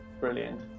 brilliant